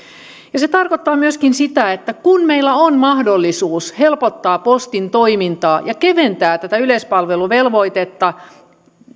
se tarkoittaa myöskin sitä että kun meillä on mahdollisuus helpottaa postin toimintaa ja keventää tätä yleispalveluvelvoitetta